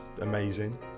amazing